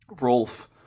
rolf